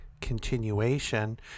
continuation